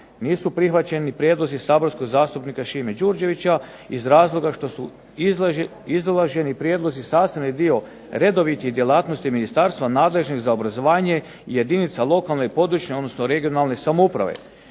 Nisu prihvaćeni prijedlozi saborskog zastupnika Šime Đurđevića, iz razloga što su izloženi prijedlozi sastavni dio redovitih djelatnosti ministarstva nadležnih za obrazovanje jedinica lokalne i područne (regionalne) samouprave,